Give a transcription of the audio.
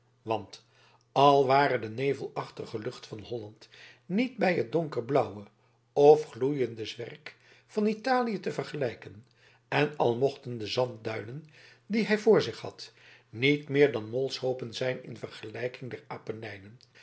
want al ware de nevelachtige lucht van holland niet bij het donkerblauwe of gloeiende zwerk van italië te vergelijken en al mochten de zandduinen die hij voor zich had niet meer dan molshoopen zijn in vergelijking der apenijnen